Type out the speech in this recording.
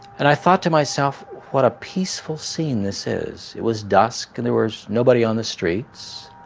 and i thought to myself, what a peaceful scene this is. it was dusk, and there was nobody on the streets.